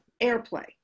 airplay